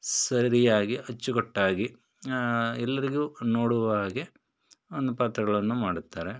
ಸರಿಯಾಗಿ ಅಚ್ಚುಕಟ್ಟಾಗಿ ಎಲ್ಲರಿಗೂ ನೋಡುವ ಹಾಗೆ ಒಂದು ಪಾತ್ರಗಳನ್ನು ಮಾಡುತ್ತಾರೆ